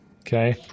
Okay